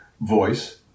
voice